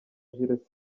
jules